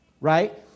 right